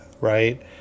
right